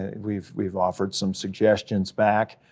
and we've we've offered some suggestions back,